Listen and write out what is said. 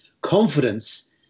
confidence